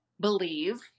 believe